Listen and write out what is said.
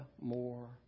more